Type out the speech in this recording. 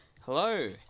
Hello